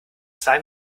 zwei